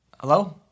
hello